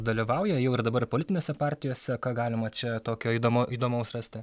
dalyvauja jau ir dabar politinėse partijose ką galima čia tokio įdo įdomaus rasti